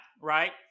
right